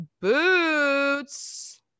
boots